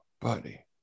buddy